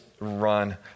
run